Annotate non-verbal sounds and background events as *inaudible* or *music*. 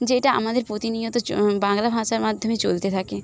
যেটা আমাদের প্রতিনিয়ত *unintelligible* বাংলা ভাষার মাধ্যমে চলতে থাকে